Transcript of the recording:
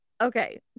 okay